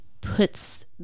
puts